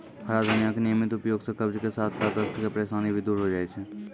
हरा धनिया के नियमित उपयोग सॅ कब्ज के साथॅ साथॅ दस्त के परेशानी भी दूर होय जाय छै